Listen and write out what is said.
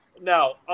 now